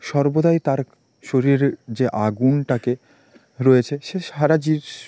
সর্বদাই তার শরীরে যে আগুনটাকে রয়েছে সে সারা